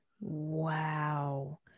wow